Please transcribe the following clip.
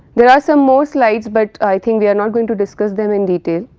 there are some more slides but i think we are not going to discuss them in detail,